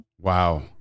Wow